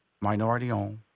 minority-owned